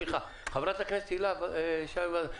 סליחה, חברת הכנסת הילה שי וזאן.